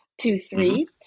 two-three